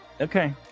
Okay